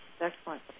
Excellent